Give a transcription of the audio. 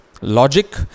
logic